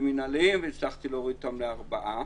מינהליים והצלחתי להוריד אותם לארבעה